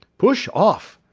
push off!